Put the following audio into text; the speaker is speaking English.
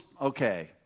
okay